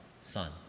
Son